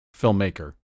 Filmmaker